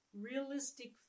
Realistic